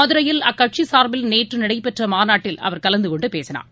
மதுரையில் அக்கட்சிசார்பில் நேற்றுநடைபெற்றமாநாட்டில் அவர் கலந்துகொண்டுபேசினார்